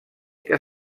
que